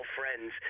friends